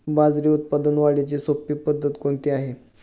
बाजरी उत्पादन वाढीची सोपी पद्धत कोणती आहे?